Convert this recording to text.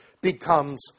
becomes